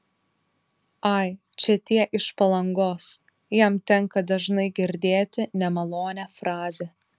ai čia tie iš palangos jam tenka dažnai girdėti nemalonią frazę